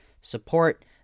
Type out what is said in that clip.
support